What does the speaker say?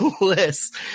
list